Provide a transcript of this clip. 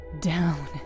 down